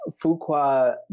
Fuqua